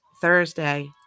Thursday